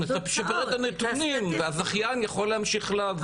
משפר את הנתונים והזכיין יכול להמשיך לעבוד.